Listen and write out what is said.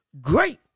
great